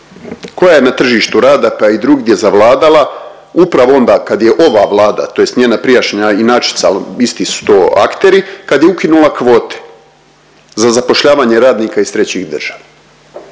koja je na tržištu rada pa i drugdje zavladala upravo onda kad je ova Vlada tj. njena prijašnja inačica isti su to akteri kad je ukinula kvote za zapošljavanje radnika iz trećih država.